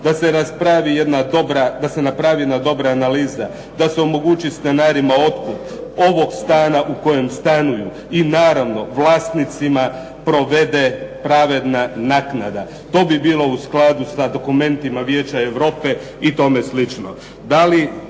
da se napravi jedna dobra analiza, da se omogući stanarima otkup ovog stana u kojem stanuju. I naravno, vlasnicima provede pravedna naknada. To bi bilo u skladu sa dokumentima Vijeća Europe i tome slično.